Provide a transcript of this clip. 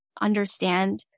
understand